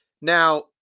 Now